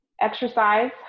exercise